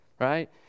right